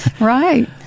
right